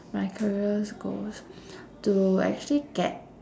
my careers goals to actually get